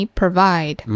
provide